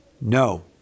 no